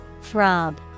throb